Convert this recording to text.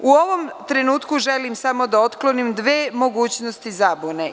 U ovom trenutku želim samo da otklonim dve mogućnosti zabune.